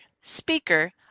speaker